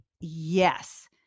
yes